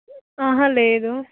లేదు